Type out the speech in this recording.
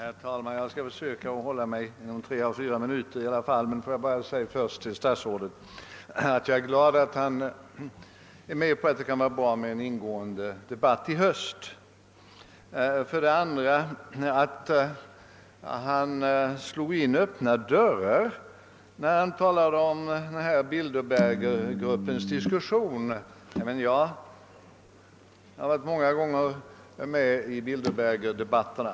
Herr talman! Jag skall försöka hålla mig inom tre å fyra minuter. Jag vill till statsrådet för det första säga att jag är glad över att han tycker att det kunde vara bra med en mera ingående debatt i höst. För det andra vill jag säga att statsrådet Moberg slog in öppna dörrar när han mot mig använde Bilderberggruppens diskussion. Jag har inom parentes sagt många gånger varit med i Bilderbergdebatterna.